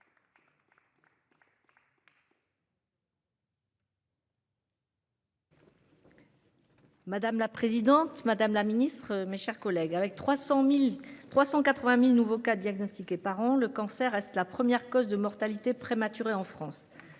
Madame la présidente, madame la ministre, mes chers collègues, avec 380 000 nouveaux cas diagnostiqués par an, le cancer reste la première cause de mortalité prématurée en France.